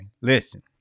Listen